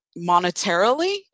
monetarily